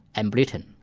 and britain,